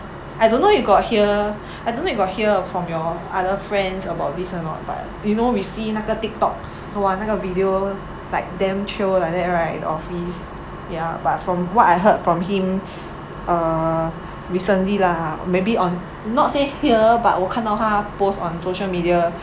I don't know you got hear I don't know you got hear from your other friends about this or not but you know recently 那个 TikTok !wah! 那个 video like them troll like that right office ya but from what I heard from him err recently lah maybe on not say here but 我看到他 post on social media